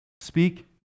Speak